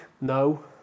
No